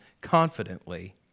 confidently